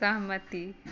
सहमति